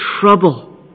trouble